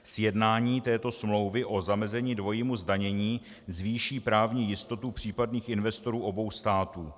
Sjednání této smlouvy o zamezení dvojímu zdanění zvýší právní jistotu případných investorů obou států.